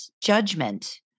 judgment